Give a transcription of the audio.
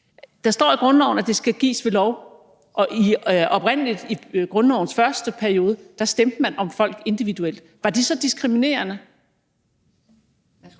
Der står i grundloven, at det skal gives ved lov, og oprindelig, i grundlovens første periode, stemte man om folk individuelt. Var det så diskriminerende?